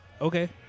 Okay